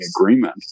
agreement